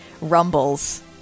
Rumbles